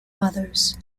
mothers